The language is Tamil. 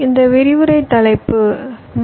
எனவே விரிவுரை தலைப்பு வி